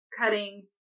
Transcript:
cutting